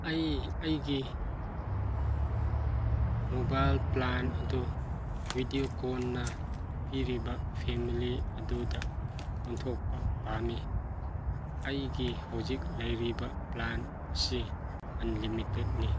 ꯑꯩ ꯑꯩꯒꯤ mobile plan ꯑꯗꯨ ꯕꯤꯗꯤꯑꯣ ꯀꯣꯟꯅ ꯄꯤꯔꯤꯕ ꯐꯥꯅꯤꯂꯌ ꯑꯗꯨ ꯑꯣꯟꯊꯣꯛꯄ ꯄꯥꯝꯃꯤ ꯑꯩꯒꯤ ꯍꯧꯖꯤꯛ ꯂꯩꯔꯤꯕ ꯄ꯭ꯂꯥꯟ ꯑꯁꯤ ꯑꯟꯂꯤꯃꯤꯠꯇꯦꯠꯅꯤ